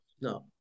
no